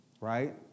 right